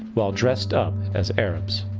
while dressed up as arabs.